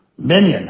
minion